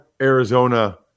Arizona